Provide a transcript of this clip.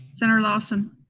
senator lawson?